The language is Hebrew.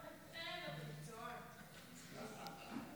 סעיפים 1 2 נתקבלו.